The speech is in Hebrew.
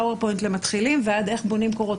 פאוור-פוינט למתחילים ועד איך בונים קורות